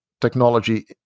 technology